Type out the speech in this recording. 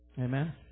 Amen